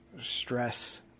stress